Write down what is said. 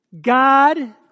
God